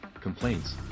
complaints